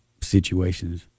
situations